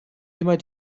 immer